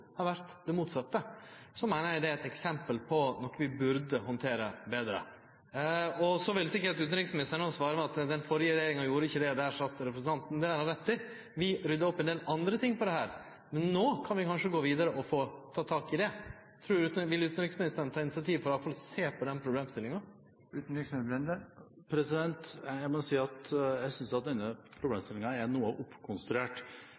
har vore det motsette, meiner eg det er eit eksempel på noko vi burde handtere betre. Så vil sikkert utanriksministeren svare med at den førre regjeringa gjorde ikkje det, og der sat representanten. Det har han rett i. Vi rydda opp i ein del andre ting her, men no kan vi kanskje gå vidare og ta tak i det. Vil utanriksministeren ta initiativ til i alle fall å sjå på denne problemstillinga?